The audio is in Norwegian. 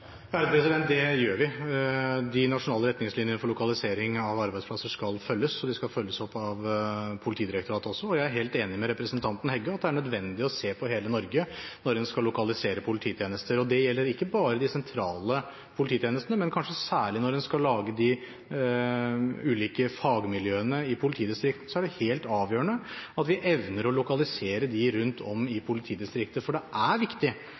Det gjør vi. De nasjonale retningslinjene for lokalisering av arbeidsplasser skal følges, og de skal følges opp av Politidirektoratet også. Jeg er helt enig med representanten Heggø i at det er nødvendig å se på hele Norge når en skal lokalisere polititjenester. Det gjelder ikke bare de sentrale polititjenestene, men kanskje særlig når man skal lage de ulike fagmiljøene i politidistriktene, er det helt avgjørende at vi evner å lokalisere dem rundt om i politidistriktet. Det er viktig,